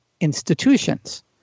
institutions